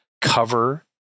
cover